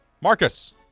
Marcus